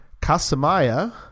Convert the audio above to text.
Casamaya